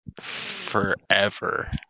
forever